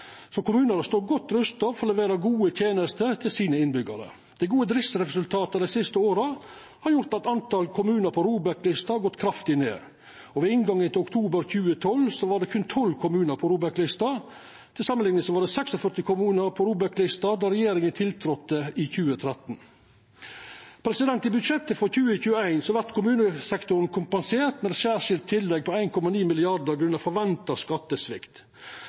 Kommunane står godt rusta for å levera gode tenester til sine innbyggjarar. Dei gode driftsresultata dei siste åra har gjort at talet på kommunar på ROBEK-lista har gått kraftig ned. Ved inngangen til oktober 2020 var det berre tolv kommunar på ROBEK-lista. Til samanlikning var det 46 kommunar på ROBEK-lista då regjeringa tiltredde i 2013. I budsjettet for 2021 vert kommunesektoren kompensert med eit særskilt tillegg på 1,9 mrd. kr grunna forventa skattesvikt.